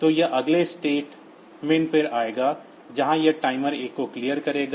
तो यह अगले स्टेटमेंट पर आएगा जहां यह टाइमर 1 को क्लियर करेगा